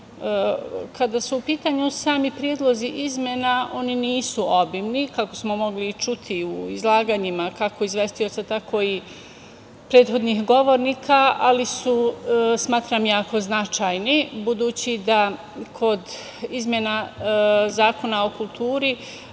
su u pitanju sami predlozi izmena, oni nisu obimni, kako smo mogli i čuti u izlaganjima kako izvestioca, tako i prethodnih govornika, ali su, smatram, jako značajni, budući da je kod izmena Zakona o kulturi